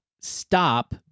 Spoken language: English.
stop